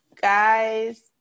guys